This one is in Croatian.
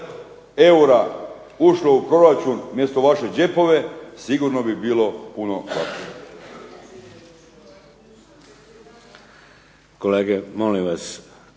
eura ušlo u proračun umjesto u vaše džepove sigurno bi bilo puno